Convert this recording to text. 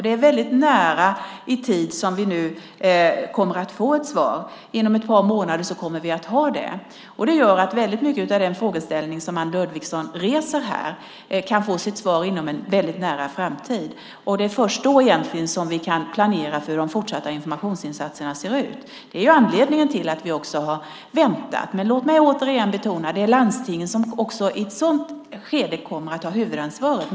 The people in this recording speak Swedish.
Det är väldigt nära i tid som vi kommer att få ett svar. Inom ett par månader kommer vi att ha det. Det gör att väldigt mycket av den frågeställning som Anne Ludvigsson reser här kan få sitt svar inom en väldigt nära framtid. Det är egentligen först då som vi kan planera för hur de fortsatta informationsinsatserna ska se ut. Det är anledningen till att vi också har väntat. Låt mig återigen betona att det är landstingen som också i ett sådant skede kommer att ha huvudansvaret.